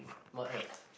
what else